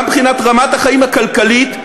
גם מבחינת רמת החיים הכלכלית,